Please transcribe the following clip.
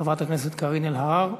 חברת הכנסת קארין אלהרר,